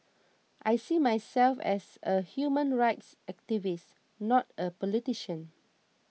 I see myself as a human rights activist not a politician